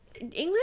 English